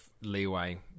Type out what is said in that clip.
leeway